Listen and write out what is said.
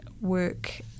work